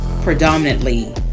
predominantly